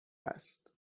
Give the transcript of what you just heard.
است